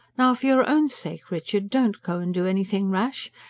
now, for your own sake, richard, don't go and do anything rash.